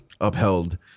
upheld